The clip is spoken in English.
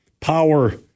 power